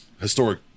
historic